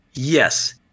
Yes